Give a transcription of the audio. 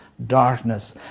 darkness